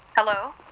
Hello